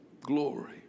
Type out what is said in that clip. glory